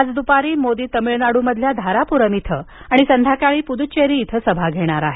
आज दुपारी मोदी तमिळनाडूमधल्या धारापुरम इथं आणि संध्याकाळी पुद्च्चेरी इथं सभा घेणार आहेत